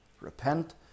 repent